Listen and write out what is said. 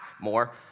More